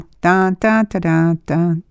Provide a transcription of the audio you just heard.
da-da-da-da-da